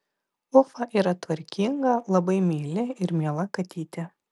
ufa yra tvarkinga labai meili ir miela katytė